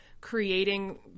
creating